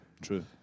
true